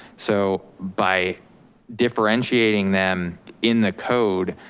so by differentiating them in the code,